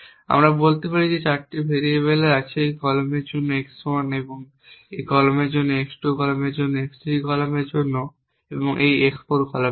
আমরা বলতে পারি যে 4টি ভেরিয়েবল আছে এই কলামের জন্য x 1 এই কলামের জন্য x 2 এই কলামের জন্য x 3 এই কলামের জন্য x 4 এই কলামের জন্য